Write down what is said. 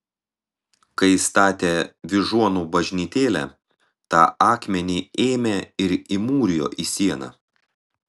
kai statė vyžuonų bažnytėlę tą akmenį ėmė ir įmūrijo į sieną